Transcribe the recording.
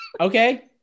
okay